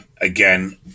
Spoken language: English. Again